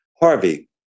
Harvey